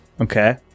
Okay